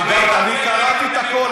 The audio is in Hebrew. אגב, אני קראתי את הכול.